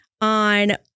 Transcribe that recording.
on